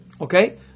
Okay